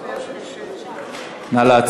(השעיית ראש רשות מקומית בשל הגשת כתב אישום) (תיקוני חקיקה),